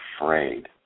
afraid